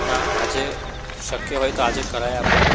ના આજે શક્ય હોય તો આજે જ કરાવી આપો